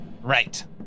right